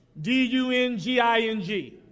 D-U-N-G-I-N-G